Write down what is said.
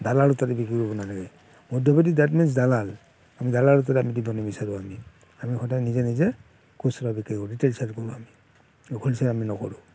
দালালৰ তাতে বিক্ৰী কৰিব নালাগে মধ্যভোগী ডেট মিন্ছ দালাল আমি দালালৰ তাতে দিব নিবিচাৰোঁ আমি আমি সদায় নিজে নিজে খুচুৰা বিক্ৰী কৰি ৰিটেইল ছেল কৰোঁ আমি হ'লছেল আমি নকৰোঁ